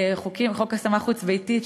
חוק השמה חוץ-ביתית,